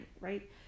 right